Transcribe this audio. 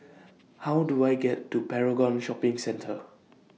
How Do I get to Paragon Shopping Centre